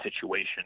situation